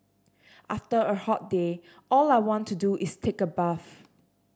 after a hot day all I want to do is take a bath